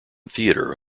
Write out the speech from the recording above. theatre